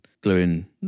gluing